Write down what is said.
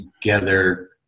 together